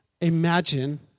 Imagine